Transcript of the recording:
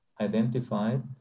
identified